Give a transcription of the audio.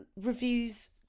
reviews